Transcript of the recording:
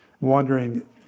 wondering